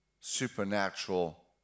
supernatural